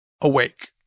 Awake